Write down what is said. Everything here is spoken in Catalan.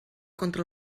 contra